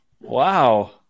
Wow